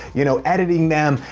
you know, editing them,